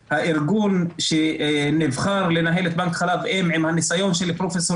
שהארגון שנבחר לנהל את בנק חלב אם עם הניסיון של פרופ'